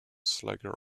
slugger